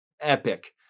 epic